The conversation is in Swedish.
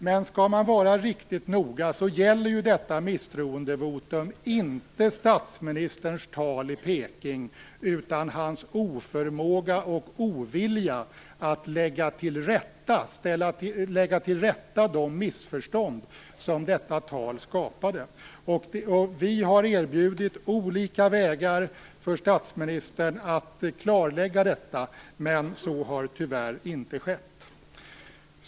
Men skall man vara riktigt noga gäller detta misstroendevotum inte statsministerns tal i Peking utan hans oförmåga och ovilja att lägga till rätta de missförstånd som detta tal skapade. Vi har erbjudit olika vägar för statsministern att klarlägga detta, men så har tyvärr inte skett.